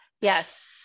yes